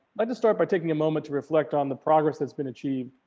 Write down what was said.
like to start by taking a moment to reflect on the progress that's been achieved,